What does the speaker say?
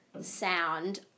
sound